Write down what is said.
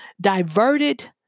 diverted